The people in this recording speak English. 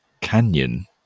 canyon